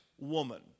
woman